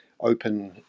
open